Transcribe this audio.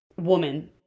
woman